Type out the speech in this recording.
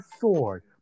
sword